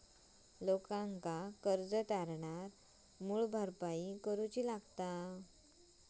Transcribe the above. लोकांका कर्ज तारणावर मूळ भरपाई करूची लागता